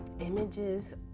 Images